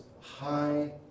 high